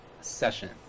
session